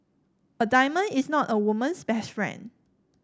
a diamond is not a woman's best friend